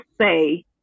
say